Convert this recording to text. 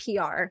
PR